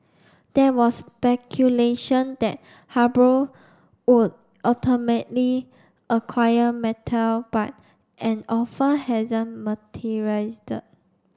there was speculation that would ultimately acquire Mattel but an offer hasn't materialised